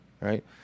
right